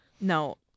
No